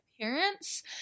parents